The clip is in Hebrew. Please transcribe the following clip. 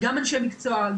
גם אנשי מקצוע,